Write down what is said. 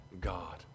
God